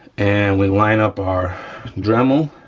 and we line up our dremel